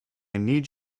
need